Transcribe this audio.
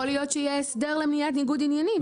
יכול להיות שיהיה הסדר למניעת ניגוד עניינים.